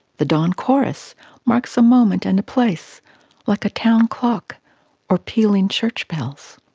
the dawn chorus marks a moment and a place like a town clock or pealing church bells.